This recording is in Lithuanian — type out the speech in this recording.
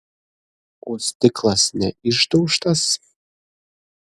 o stiklas neišdaužtas